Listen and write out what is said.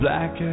Black